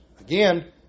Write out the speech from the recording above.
Again